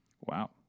Wow